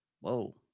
Whoa